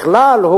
בכלל,